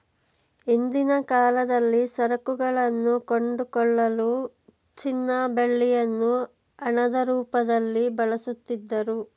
ಹಿಂದಿನ ಕಾಲದಲ್ಲಿ ಸರಕುಗಳನ್ನು ಕೊಂಡುಕೊಳ್ಳಲು ಚಿನ್ನ ಬೆಳ್ಳಿಯನ್ನು ಹಣದ ರೂಪದಲ್ಲಿ ಬಳಸುತ್ತಿದ್ದರು